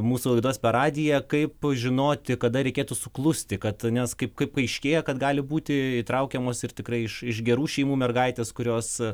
mūsų laidos per radiją kaip žinoti kada reikėtų suklusti kad nes kaip kaip paaiškėja kad gali būti įtraukiamos ir tikrai iš iš gerų šeimų mergaitės kurios